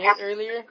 earlier